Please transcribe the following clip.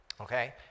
okay